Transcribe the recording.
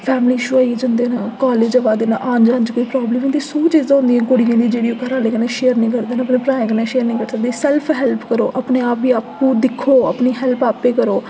family issue होई गै जंदे न कालेज दे बाद औन जान च कोई प्राब्लम होंदी सौ प्राब्लम होंदी कुड़ियें दी ओह् घरै आह्लें कन्नै शेयर निं करदे हैन भ्राएं कन्नै शेयर निं करदे भाई सैल्फ हैल्प र'वो अपने आप गी आपूं दिक्खो अपनी हैल्प आपें करो